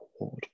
award